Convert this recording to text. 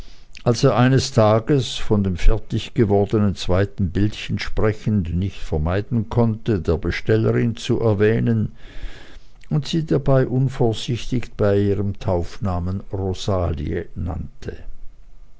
als er eines tages von dem fertiggewordenen zweiten bildchen sprechend nicht vermeiden konnte der bestellerin zu erwähnen und sie dabei unvorsichtig bei ihrem taufnamen rosalie nannte